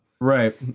Right